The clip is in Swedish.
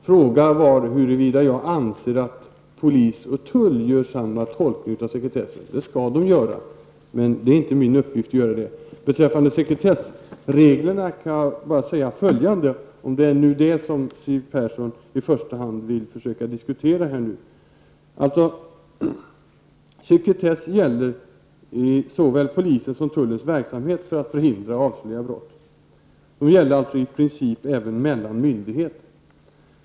Fru talman! Siw Persson frågar huruvida jag anser att polis och tull gör samma tolkning av sekretesslagen. Det skall de göra. Det är inte min uppgift att göra det. Beträffande sekretessreglerna kan jag säga följande -- om det nu är det som Siw Persson i första hand vill diskutera: Sekretessen gäller såväl polisens som tullens verksamhet när det gäller att förhindra brott. Då gäller det i princip även mellan myndigheterna.